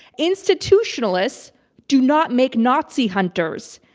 institutionalists do not make nazi hunters.